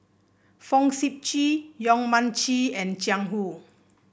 Fong Sip Chee Yong Mun Chee and Jiang Hu